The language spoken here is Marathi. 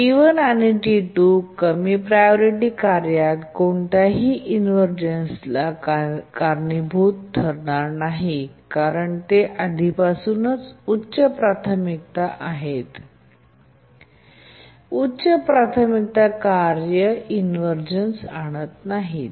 T1 आणि T2 कमी प्रायोरिटी कार्यात कोणत्याही इन्व्हरझनस कारणीभूत ठरणार नाही कारण ते आधीपासूनच उच्च प्राथमिकता आहेत आणि उच्च प्राथमिकता कार्ये इन्व्हरझन आणत नाहीत